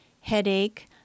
headache